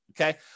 Okay